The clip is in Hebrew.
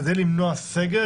כדי למנוע סגר,